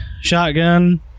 shotgun